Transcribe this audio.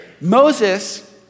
Moses